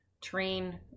train